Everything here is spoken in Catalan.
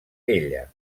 ella